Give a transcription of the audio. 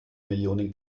millionen